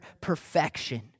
perfection